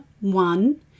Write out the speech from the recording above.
one